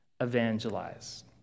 evangelize